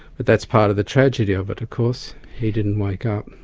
but that's part of the tragedy of it, of course he didn't wake up.